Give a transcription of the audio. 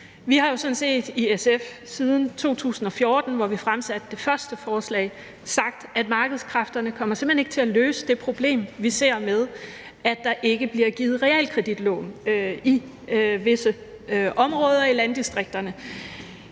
Vi har sådan set i SF siden 2014, hvor vi fremsatte det første forslag, sagt, at markedskræfterne simpelt hen ikke kommer til at løse det problem, vi ser med, at der ikke bliver givet realkreditlån i visse områder i landdistrikterne.